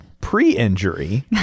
pre-injury